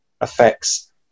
affects